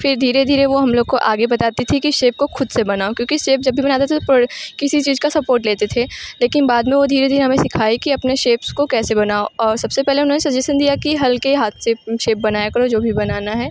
फिर धीरे धीरे वो हम लोग को आगे बताती थी कि शेप को ख़ुद से बनाओ क्योंकि सेप जब भी बनाते थे किसी चीज़ का सपोर्ट लेते थे लेकिन बाद में वो धीरे धीरे हमें सिखाए कि अपने शेप्स को कैसे बनाओ और सब से पहले उन्होंने सजेसन दिया कि हल्के हाथ से शेप बनाया करो जो भी बनाना है